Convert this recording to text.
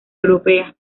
europea